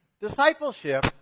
Discipleship